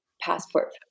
passport